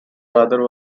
father